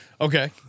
Okay